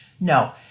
No